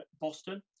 Boston